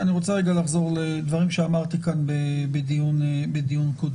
אני רוצה רגע לחזור לדברים שאמרתי כאן בדיון קודם.